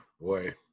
Boy